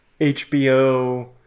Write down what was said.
HBO